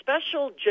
special